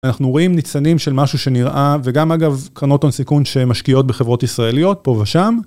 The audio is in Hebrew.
אנחנו רואים ניצנים של משהו שנראה וגם אגב כרנותון סיכון שמשקיעות בחברות ישראליות פה ושם.